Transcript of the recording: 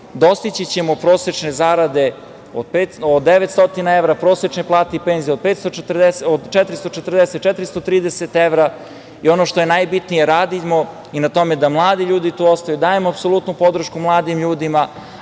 dostići ćemo prosečne zarade od 900 evra, prosečne plate i penzije od 440, 430 evra. Ono što je najbitnije, radimo na tome da mladi ljudi tu ostanu, dajemo apsolutnu podršku mladim ljudima,